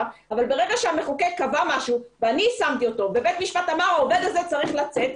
- ברגע שהמחוקק קבע משהו ובית המשפט אמר שהעובד הזה צריך לצאת,